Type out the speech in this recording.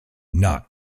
not